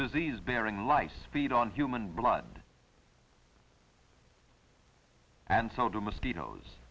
disease bearing lice feed on human blood and so do mosquitoes